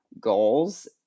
goals